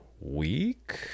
week